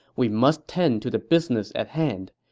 we must tend to the business at hand.